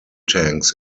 tanks